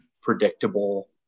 predictable